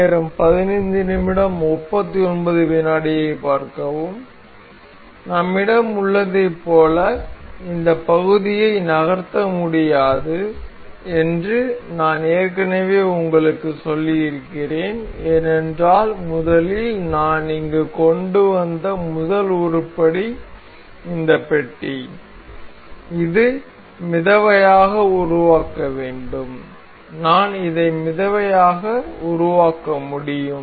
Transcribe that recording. நம்மிடம் உள்ளதைப் போல இந்த பகுதியை நகர்த்த முடியாது என்று நான் ஏற்கனவே உங்களுக்குச் சொல்லியிருக்கிறேன் ஏனென்றால் முதலில் நான் இங்கு கொண்டு வந்த முதல் உருப்படி இந்தத் பெட்டி இதை மிதவையாக உருவாக்க வேண்டும் நான் இதை மிதவையாக உருவாக்க முடியும்